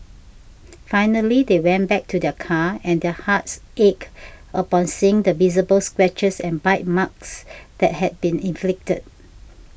finally they went back to their car and their hearts ached upon seeing the visible scratches and bite marks that had been inflicted